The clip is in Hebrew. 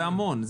זה המון.